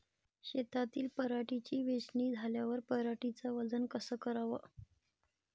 शेतातील पराटीची वेचनी झाल्यावर पराटीचं वजन कस कराव?